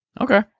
Okay